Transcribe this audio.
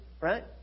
right